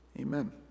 Amen